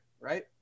right